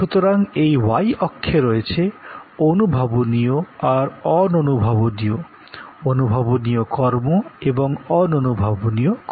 সুতরাং এই Y অক্ষে রয়েছে স্পষ্ট আর অদৃশ্য স্পষ্ট কর্ম এবং অদৃশ্য কর্ম